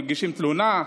מגישים תלונה,